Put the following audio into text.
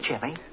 Jimmy